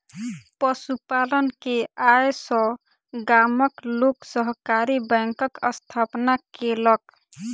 पशु पालन के आय सॅ गामक लोक सहकारी बैंकक स्थापना केलक